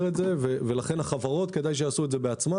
לכן כדאי שהחברות יעשו את זה בעצמן,